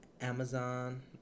Amazon